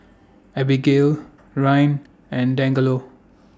Abagail Ryne and Dangelo